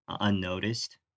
Unnoticed